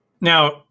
Now